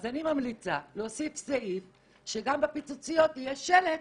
אני ממליצה להוסיף סעיף שגם בפיצוציות יהיה שלט